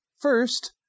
First